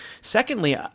Secondly